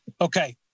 Okay